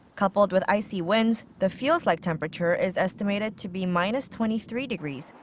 coupled with icy winds, the feels like temperature is estimated to be minus twenty three degrees.